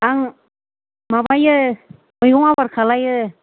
आं माबायो मैगं आबाद खालायो